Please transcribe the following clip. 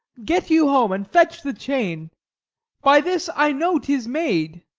get you home and fetch the chain by this i know tis made.